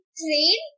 train